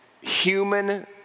Human